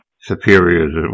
superiors